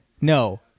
no